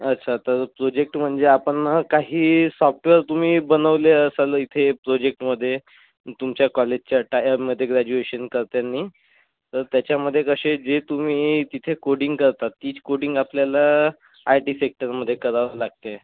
अच्छा तर प्रोजेक्ट म्हणजे आपण काही सॉफ्टवेअर तुम्ही बनवले असाल इथे प्रोजेक्टमधे तुमच्या कॉलेजच्या टायममधे ग्रॅज्युएशन करतानी तर त्याच्यामधे कशे जे तुम्ही तिथे कोडिंग करता तीच कोडिंग आपल्याला आयटी सेक्टरमधे करावं लागते